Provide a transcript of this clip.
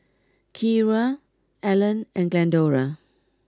Kierra Ellen and Glendora